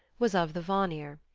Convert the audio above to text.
was of the vanir.